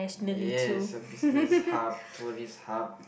yes so business hub tourists hub